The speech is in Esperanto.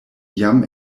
jam